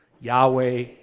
Yahweh